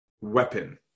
weapon